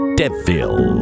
devil